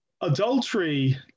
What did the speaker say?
Adultery